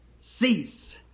cease